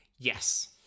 Yes